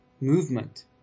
movement